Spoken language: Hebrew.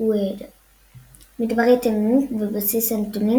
Web מדברית עינונית, בבסיס הנתונים